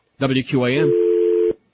WQAM